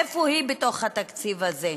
איפה היא בתוך התקציב הזה?